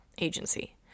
agency